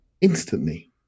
instantly